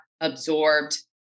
absorbed